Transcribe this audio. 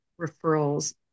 referrals